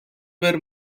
were